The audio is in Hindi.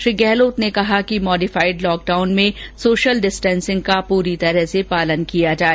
श्री गहलोत ने कहा कि मॉडिफाइड लॉकडाउन में सोशल डिस्टेंसिंग का पूरी तरह से पालन किया जाए